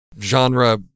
genre